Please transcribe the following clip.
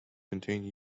contain